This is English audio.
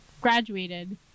graduated